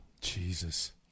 Jesus